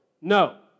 No